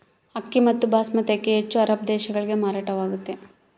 ಅಕ್ಕಿ ಮತ್ತು ಬಾಸ್ಮತಿ ಅಕ್ಕಿ ಹೆಚ್ಚು ಅರಬ್ ದೇಶಗಳಿಗೆ ಮಾರಾಟವಾಗ್ತಾವ